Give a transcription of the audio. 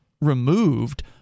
removed